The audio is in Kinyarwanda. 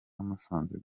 musanze